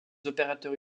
opérateurs